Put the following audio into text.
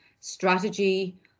strategy